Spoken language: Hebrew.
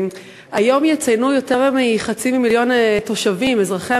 היום יציינו יותר מחצי מיליון תושבים אזרחי